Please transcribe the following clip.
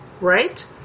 right